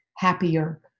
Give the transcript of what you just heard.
happier